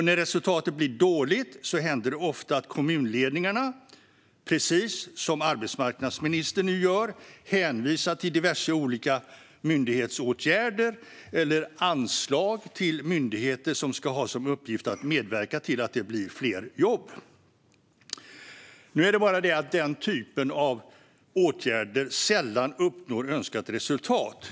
När resultatet blir dåligt händer det ofta att kommunledningarna, precis som arbetsmarknadsministern nu gör, hänvisar till diverse olika myndighetsåtgärder eller anslag till myndigheter som ska ha som uppgift att medverka till att det blir fler jobb. Nu är det bara det att den typen av åtgärder sällan uppnår önskat resultat.